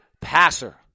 passer